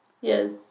yes